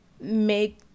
make